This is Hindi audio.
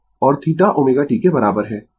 और θ ω t के बराबर है